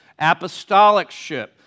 apostolicship